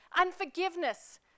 unforgiveness